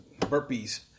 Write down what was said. Burpees